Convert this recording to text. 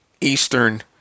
Eastern